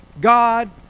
God